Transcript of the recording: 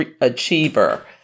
achiever